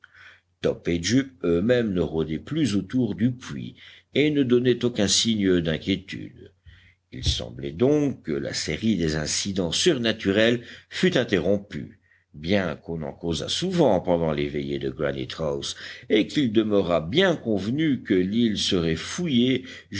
top et jup eux-mêmes ne rôdaient plus autour du puits et ne donnaient aucun signe d'inquiétude il semblait donc que la série des incidents surnaturels fût